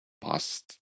past